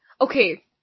okay